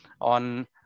on